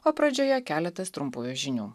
o pradžioje keletas trumpųjų žinių